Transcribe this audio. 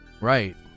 Right